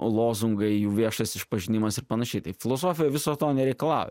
lozungai jų viešas išpažinimas ir panašiai tai filosofija viso to nereikalauja